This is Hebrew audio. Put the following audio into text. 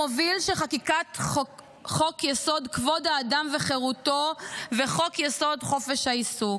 המוביל של חקיקת חוק-יסוד: כבוד האדם וחירותו וחוק-יסוד: חופש העיסוק.